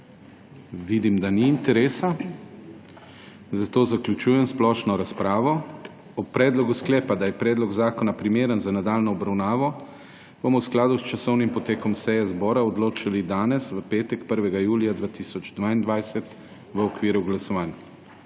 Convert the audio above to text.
Vidim, da ni interesa. Zato zaključujem splošno razpravo. O predlogu sklepa, da je predlog zakona primeren za nadaljnjo obravnavo, bomo v skladu s časovnim potekom seje zbora odločali danes, v petek, 1. julija 2022, v okviru glasovanj.